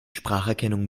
spracherkennung